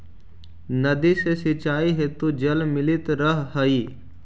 नदी से सिंचाई हेतु जल मिलित रहऽ हइ